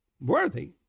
Worthy